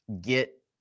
get